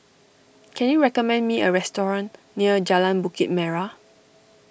can you recommend me a restaurant near Jalan Bukit Merah